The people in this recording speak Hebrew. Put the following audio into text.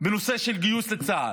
בנושא של גיוס לצה"ל.